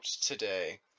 today